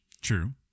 True